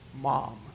mom